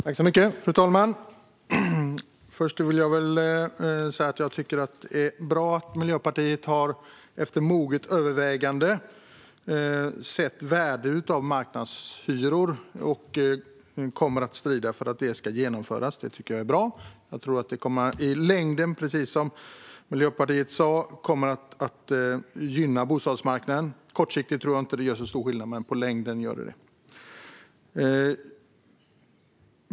Fru talman! Först vill jag säga att jag tycker att det är bra att Miljöpartiet efter moget övervägande har sett värdet av marknadshyror och att man kommer att strida för att det ska genomföras. Jag tror att det kommer att gynna bostadsmarknaden i längden, precis som Miljöpartiet sa. Kortsiktigt tror jag inte att det gör så stor skillnad, men i längden gör det det.